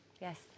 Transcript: Yes